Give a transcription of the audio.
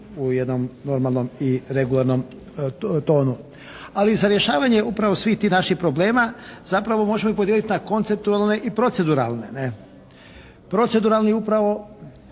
u jednom normalnom, regularnom tonu. Ali za rješavanje upravo svih tih naših problema zapravo možemo ih podijeliti na konceptualne i proceduralne, ne? Proceduralni upravo